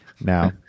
Now